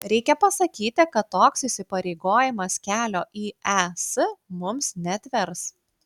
reikia pasakyti kad toks įsipareigojimas kelio į es mums neatvers